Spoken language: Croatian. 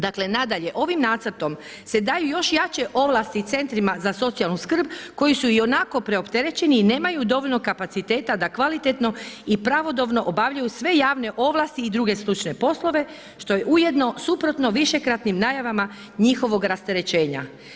Dakle, nadalje, ovim nacrtom se daju još jače ovlasti centrima za socijalnu skrb, koji su ionako preopterećeni i nemaju dovoljno kapaciteta da kvalitetno i pravodobno obavljaju sve javne ovlasti i druge stručne poslove, što je ujedno suprotno višekratnim najavama njihovim rasterećenja.